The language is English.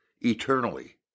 eternally